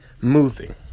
moving